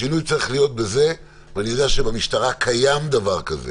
השינוי צריך להיות בזה ואני יודע שבמשטרה קיים דבר כזה